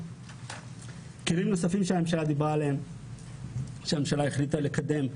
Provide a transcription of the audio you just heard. כלים נוספים שהממשלה החליטה לקדם: